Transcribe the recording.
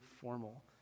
formal